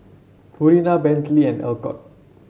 Purina Bentley and Alcott